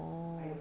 oo